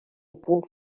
punt